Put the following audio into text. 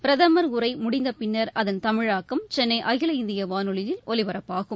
பிரதமர் உரை முடிந்த பின்னர் அதன் தமிழாக்கம் சென்னை அகில இந்திய வானொலியில் ஒலிபரப்பாகும்